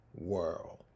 world